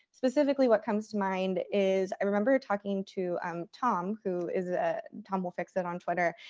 specifically what comes to mind is i remember talking to um tom, who is ah tomwillfixit on twitter.